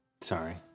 Sorry